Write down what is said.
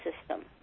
system